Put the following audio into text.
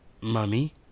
Mummy